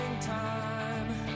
time